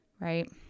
Right